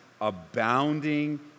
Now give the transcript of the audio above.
abounding